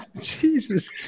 Jesus